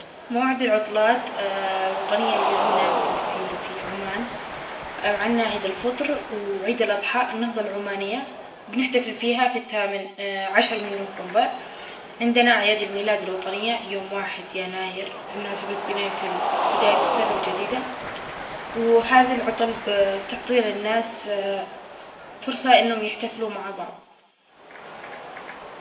موعد العطلات الوطنية اللي عنا في-في-في عمان عنا عيد الفطر وعيد الأضحي النهضة العمانية بنحتفل فيها في الثامن عشر من نوفمبر عندنا اعياد الميلاد الوطنية يوم واحد يناير في مناسبة بناية- بداية السنة الجديدة وهذي العطل بتعطي للناس فرصة انهم يحتفلوا مع بعض.